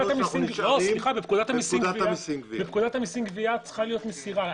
בפקודת המיסים גבייה, צריכה להיות מסירה,